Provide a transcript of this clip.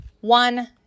one